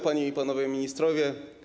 Panie i Panowie Ministrowie!